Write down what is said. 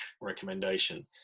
recommendation